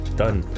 done